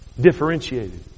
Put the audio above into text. differentiated